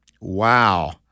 Wow